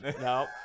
No